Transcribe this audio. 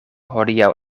hodiaŭ